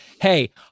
Hey